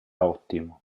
ottimo